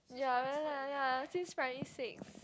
ya better ya since primary six